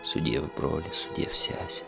sudiev broli sudiev sese